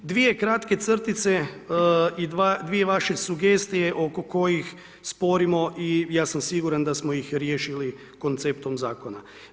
Dvije kratke crtice i dvije vaše sugestije oko kojih sporimo i ja sam siguran da smo ih riješili konceptom Zakona.